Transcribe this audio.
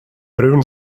brun